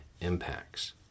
impacts